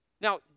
Now